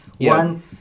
one